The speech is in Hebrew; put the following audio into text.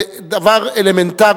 זה דבר אלמנטרי,